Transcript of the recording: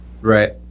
Right